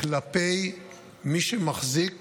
כלפי מי שמחזיק